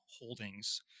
holdings